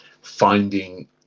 finding